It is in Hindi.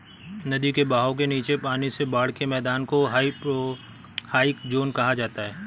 नदी के बहाव के नीचे पानी से बाढ़ के मैदान को हाइपोरहाइक ज़ोन कहा जाता है